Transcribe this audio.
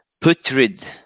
putrid